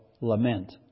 lament